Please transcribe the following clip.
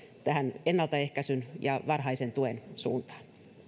ennaltaehkäisyn ja varhaisen tuen suuntaan